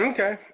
Okay